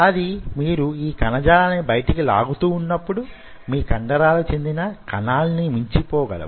అది మీరు ఈ కణజాలాన్ని బయటకు లాగుతూ వున్నప్పుడు మీ కండరాలకు చెందిన కణాలను మించిపోగలవు